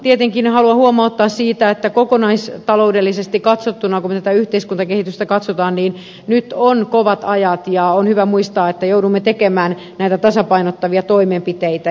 tietenkin haluan huomauttaa siitä että kokonaistaloudellisesti katsottuna kun me tätä yhteiskuntakehitystä katsomme niin nyt on kovat ajat ja on hyvä muistaa että joudumme tekemään näitä tasapainottavia toimenpiteitä